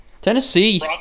Tennessee